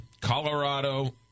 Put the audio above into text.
Colorado